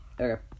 okay